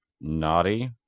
naughty